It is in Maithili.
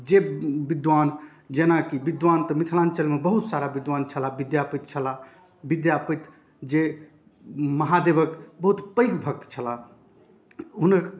जे विद्वान जेनाकि विद्वान तऽ मिथिलाञ्चलमे बहुत सारा विद्वान छलाह विद्यापति छलाह विद्यापति जे महादेवके बहुत पैघ भक्त छलाह हुनक